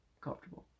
comfortable